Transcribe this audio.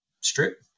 strip